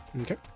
Okay